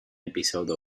episode